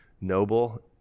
noble